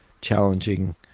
challenging